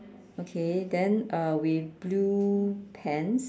okay then uh with blue pants